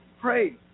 pray